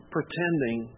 Pretending